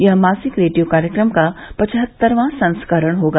यह मासिक रेडियो कार्यक्रम का पचहत्तरवां संस्करण होगा